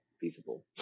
feasible